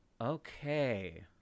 Okay